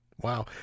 Wow